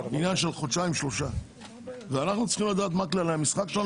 עניין של חודשיים-שלושה ואנחנו צריכים לדעת מה כללי המשחק שלנו